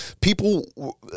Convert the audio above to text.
people